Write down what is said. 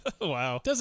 Wow